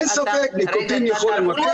אין ספק, ניקוטין יכול למכר,